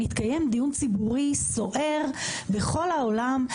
מתקיים דיון ציבורי סוער בכל העולם,